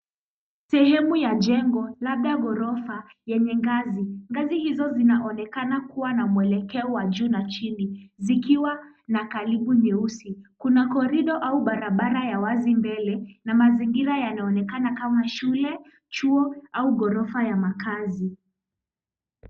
Sehemu ya jengo lenye ngazi. Ngazi zinaonekana kuwa na mwelekeo wa juu na chini zikiwa na karibu nyeusi. Kuna korido au barabara ya wazi mbele na mazingira yanaonekana kama shule, ghorofa au chuo ya makazi.